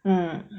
mm